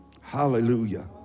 hallelujah